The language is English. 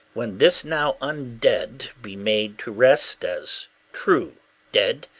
when this now un-dead be made to rest as true dead,